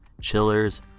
chillers